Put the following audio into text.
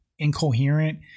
incoherent